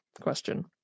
question